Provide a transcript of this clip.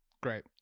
Great